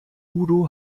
udo